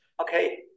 Okay